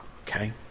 Okay